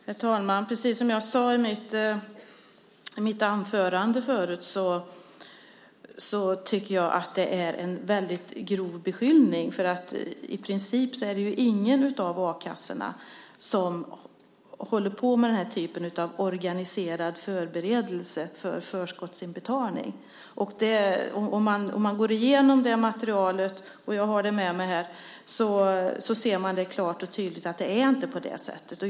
Herr talman! Som jag sade i mitt anförande tycker jag att det är en väldigt grov beskyllning. Ingen av a-kassorna håller ju på med den här typen av organiserad förberedelse för förskottsinbetalning. Om man går igenom materialet - jag har det med mig - ser man klart och tydligt att det inte är så.